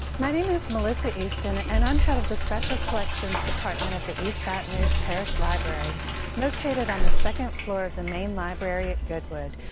my name is melissa eastin, and and i'm head of the special collections department of the east baton rouge parish library located on the second floor of the main library at goodwood,